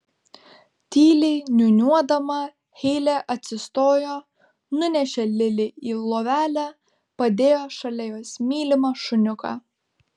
tyliai niūniuodama heilė atsistojo nunešė lili į lovelę padėjo šalia jos mylimą šuniuką